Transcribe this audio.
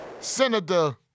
Senator